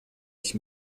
ich